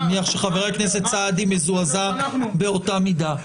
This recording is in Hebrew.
אני מניח שחבר הכנסת סעדי מזועזע באותה מידה.